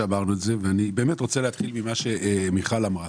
אני באמת רוצה להתחיל ממה שמיכל שיר אמרה,